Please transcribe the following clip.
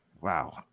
wow